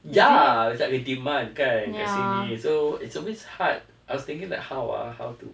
ya it's like a demand kan to me so it's always hard I was thinking like how ah how to